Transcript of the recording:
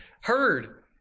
heard